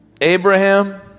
Abraham